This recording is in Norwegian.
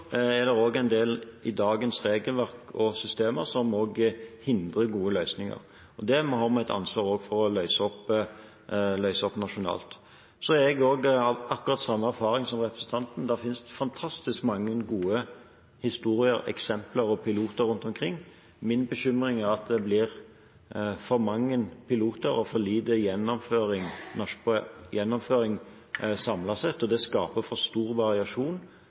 en del i dagens regelverk og systemer som hindrer gode løsninger. Det har vi et ansvar for også å løse nasjonalt. Jeg har også akkurat samme erfaring som representanten. Det finnes fantastisk mange gode historier, eksempler og piloter rundt omkring. Min bekymring er at det blir for mange piloter og for lite gjennomføring samlet sett, og det skaper for stor variasjon